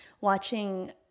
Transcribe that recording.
watching